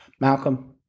Malcolm